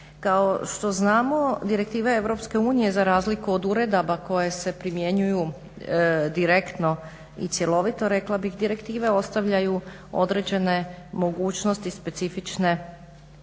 Kao što znamo direktive EU za razliku od uredaba koje se primjenjuju direktno i cjelovito rekla bih direktive ostavljaju određene mogućnosti specifične